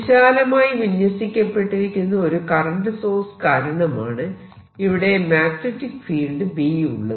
വിശാലമായി വിന്യസിക്കപ്പെട്ടിരിക്കുന്ന ഒരു കറന്റ് സോഴ്സ് കാരണമാണ് ഇവിടെ മാഗ്നെറ്റിക് ഫീൽഡ് B ഉള്ളത്